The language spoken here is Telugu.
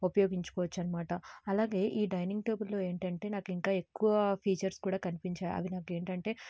ఉపయోగించుకోవచ్చు అన్నమాట అలాగే ఈ డైనింగ్ టేబుల్లో ఏంటంటే నాకు ఇంకా ఎక్కువ ఫీచర్స్ కూడా నాకు కనిపించాయి అవి నాకు ఏంటంటే